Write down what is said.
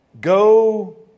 Go